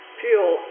fuel